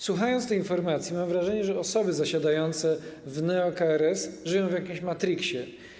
Słuchając tej informacji, mam wrażenie, że osoby zasiadające w neo-KRS żyją w jakimś matriksie.